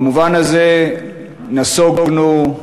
במובן הזה, נסוגונו,